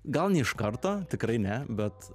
gal ne iš karto tikrai ne bet